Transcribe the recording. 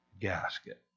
gasket